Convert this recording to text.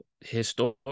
history